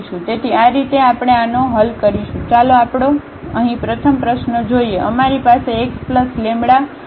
તેથી આ રીતે આપણે આનો હલ કરીશું ચાલો આપણે અહીં પ્રથમ પ્રશ્નો જોઈએ